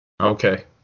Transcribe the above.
Okay